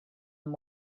and